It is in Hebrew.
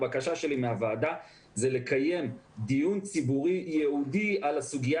הבקשה שלי מהוועדה זה לקיים דיון ציבורי ייעודי על הסוגיה